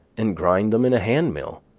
and grind them in a hand-mill,